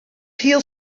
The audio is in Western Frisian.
hiel